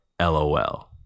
LOL